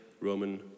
Roman